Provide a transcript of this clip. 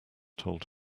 told